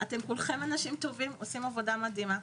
כולכם אנשים טובים, עושים עבודה מדהימה.